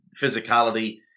physicality